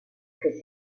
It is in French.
fait